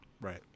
right